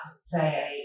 say